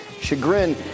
chagrin